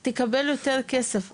ביקשתי מחילי טרופר לקחת חלק מהנושא,